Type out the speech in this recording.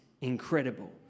incredible